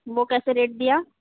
वह कैसे रेट दिया